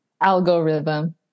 Algorithm